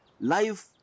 life